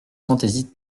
fantaisies